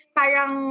parang